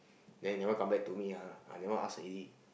then never come back to me ah I never ask already